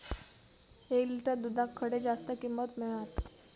एक लिटर दूधाक खडे जास्त किंमत मिळात?